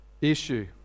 issue